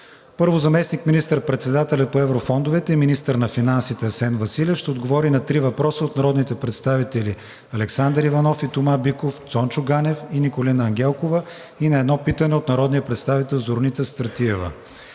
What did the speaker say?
- заместник министър-председателят по еврофондовете и министър на финансите Асен Василев ще отговори на три въпроса от народните представители Александър Иванов и Тома Биков; Цончо Ганев; и Николина Ангелкова и на едно питане от народния представител Зорница Стратиева;